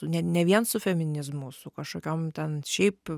ne ne vien su feminizmu su kažkokiom ten šiaip